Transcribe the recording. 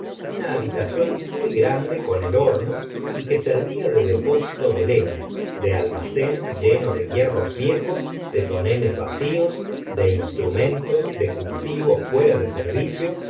una habitación muy grande con el horno y que servía de depósito de leña de almacén lleno de hierros viejos de toneles vacíos de instrumentos de cultivo fuera de servicio